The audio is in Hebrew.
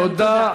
תודה.